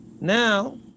Now